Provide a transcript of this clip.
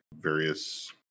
Various